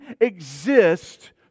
exist